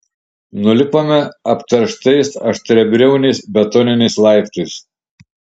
nulipome apterštais aštriabriauniais betoniniais laiptais